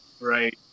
Right